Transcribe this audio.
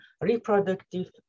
reproductive